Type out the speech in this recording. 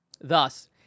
Thus